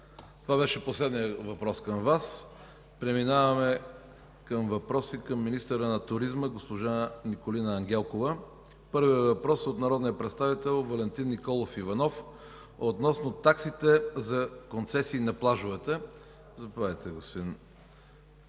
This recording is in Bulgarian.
Това беше последният въпрос към Вас. Преминаваме към въпроси към министъра на туризма – госпожа Николина Ангелкова. Първият въпрос е от народния представител Валентин Николов Иванов относно таксите за концесии на плажовете. Заповядайте, господин